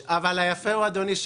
אדוני,